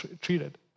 treated